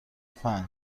پنج